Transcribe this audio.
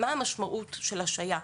מה המשמעות של השעיה?